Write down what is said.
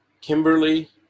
Kimberly